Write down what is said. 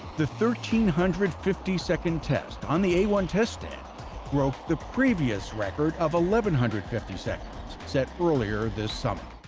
the thirteen hundred fifty second test on the a one test stand broke the previous record of eleven hundred fifty seconds set earlier this summer